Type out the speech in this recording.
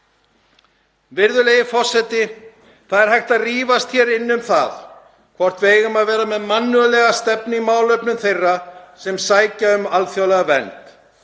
Virðulegi forseti. Það er hægt að rífast hér inni um það hvort við eigum að vera með mannúðlega stefnu í málefnum þeirra sem sækja um alþjóðlega vernd.